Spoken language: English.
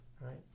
Right